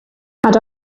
had